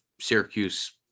Syracuse